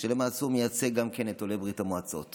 שלמעשה מייצג גם את עולי ברית המועצות